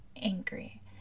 angry